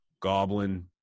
goblin